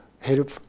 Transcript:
help